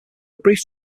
brief